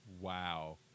Wow